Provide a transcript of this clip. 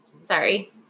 sorry